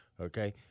okay